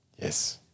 Yes